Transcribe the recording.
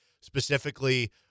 specifically